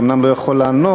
אומנם הוא לא יכול לענות,